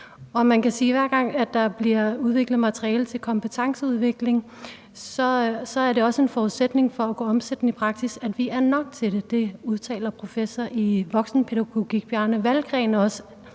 Og man kan sige, at hver gang der bliver udviklet materiale til kompetenceudvikling, er det også en forudsætning for at kunne omsætte den i praksis, at vi er nok til det. Det udtaler professor i voksenpædagogik Bjarne Wahlgren også.